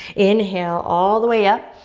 inhale all the way up,